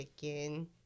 chicken